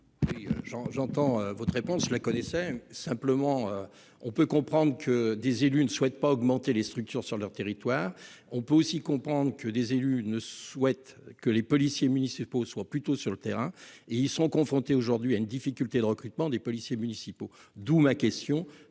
j'entends votre réponse je la connaissais. Simplement on peut comprendre que des élus ne souhaite pas augmenter les structures sur leur territoire. On peut aussi comprendre que des élus ne souhaitent que les policiers municipaux soient plutôt sur le terrain et ils sont confrontés aujourd'hui à une difficulté de recrutement des policiers municipaux. D'où ma question